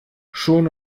schon